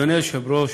אדוני היושב-ראש,